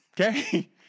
Okay